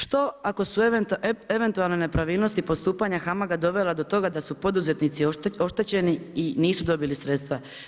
Što ako su eventualne nepravilnosti postupanja HAMAG-a dovela do toga da su poduzetnici oštećeni i nisu dobili sredstva?